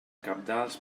cabdals